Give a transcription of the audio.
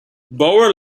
boer